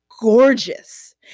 gorgeous